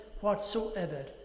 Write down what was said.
whatsoever